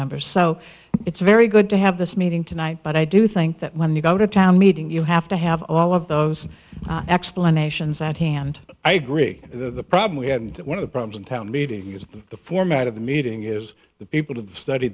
members so it's very good to have this meeting tonight but i do think that when you go to town meeting you have to have all of those explanations at hand i agree the problem we had and one of the problems in town meeting is that the format of the meeting is the people have stud